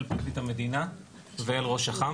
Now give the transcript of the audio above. אל פרקליט המדינה ואל ראש אח"מ